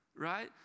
Right